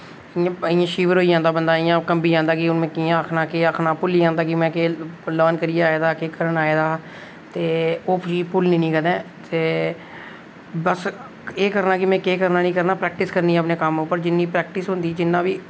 इ'यां शिवर होई जंदा बंदा इ'यां कंबी जंदा कि में कि'यां आखना केह् आखना भुल्ली जंदा की केह् लान करन आए दा केह् करियै आए दा ते ओह् फ्ही भुल्लनी निं कदें बस ते एह् करना कि में केह् करना केह् नेईं करना प्रैक्टिस करनी अपने कम्म पर जिन्नी प्रैक्टिस होंदी जिन्ना बी